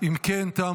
אם כן, תמה